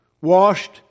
washed